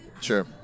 sure